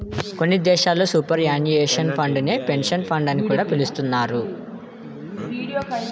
కొన్ని దేశాల్లో superannuation fund నే పెన్షన్ ఫండ్ అని కూడా పిలుస్తున్నారు